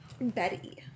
Betty